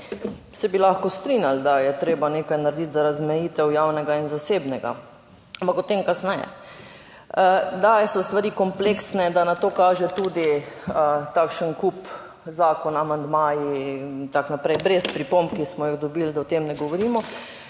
Se bi lahko strinjali, da je treba nekaj narediti za razmejitev javnega in zasebnega, ampak o tem kasneje. Da so stvari kompleksne, da na to kaže tudi takšen kup, zakon, amandmaji in tako naprej, brez pripomb, ki smo jih dobili, da o tem ne govorimo.